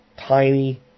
tiny